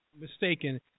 Mistaken